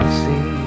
see